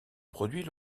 produit